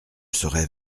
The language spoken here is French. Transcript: serai